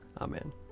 Amen